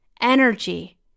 energy